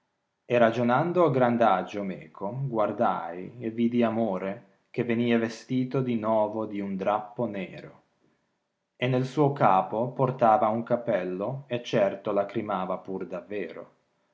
greco ragionando a grand agio meco guardai e vidi amore che venia vestito di novo di un drappo nero nel suo capo portava un cappello certo lacrimava pur